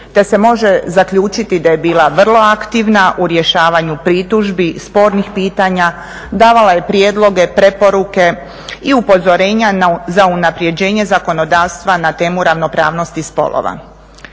te se može zaključiti da je bila vrlo aktivna u rješavanju pritužbi, spornih pitanja, davala je prijedloge, preporuke i upozorenja za unaprjeđenje zakonodavstva na temu ravnopravnosti spolova.